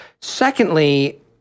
Secondly